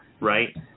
Right